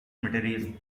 material